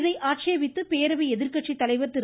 இதை ஆட்சேபித்து பேரவை எதிர்க்கட்சி தலைவர் திரு